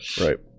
Right